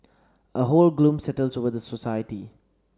a whole gloom settles over the society